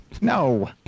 No